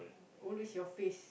always your face